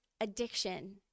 addiction